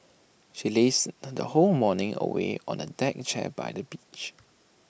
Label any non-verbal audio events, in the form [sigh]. she lazed [unintelligible] the whole morning away on A deck chair by the beach